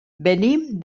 venim